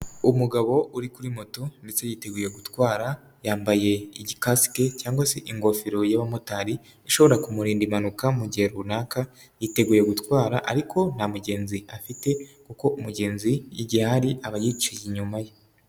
umugabo uri kuri moto ndetse yiteguye gutwara, yambaye igikasike cyangwa se ingofero y'abamotari, ishobora kumurinda impanuka mu gihe runaka, yiteguye gutwara ariko nta mugenzi afite kuko umugenzi igihe ahari aba yiciye inyuma ye.